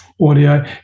audio